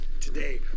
today